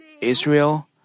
Israel